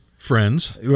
Friends